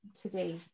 today